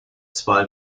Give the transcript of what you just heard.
zwei